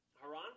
Haran